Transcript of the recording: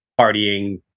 partying